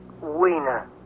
Weiner